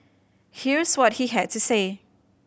here's what he had to say